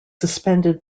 suspended